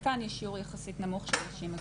וכאן יש שיעור יחסית נמוך של נשים.